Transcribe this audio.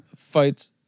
Fights